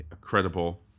credible